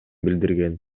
билдирген